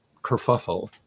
kerfuffle